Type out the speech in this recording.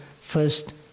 first